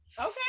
Okay